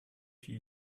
you